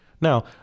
Now